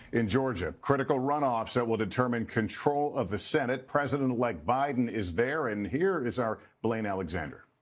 in georgia critical runoffs that will determine control of the senate. president-elect biden is there and here is our blayne alexander.